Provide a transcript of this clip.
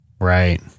Right